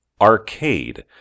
Arcade